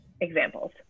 examples